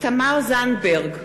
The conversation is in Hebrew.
תמר זנדברג,